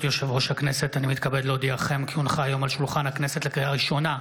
תוכן העניינים מסמכים שהונחו על שולחן הכנסת 7